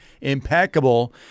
impeccable